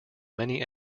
many